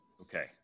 Okay